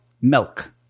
milk